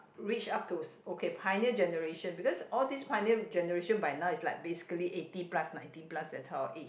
reach up to okay pioneer generation because all this pioneer generation by now is like basically eighty plus ninety plus that type of age